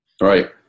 Right